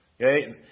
Okay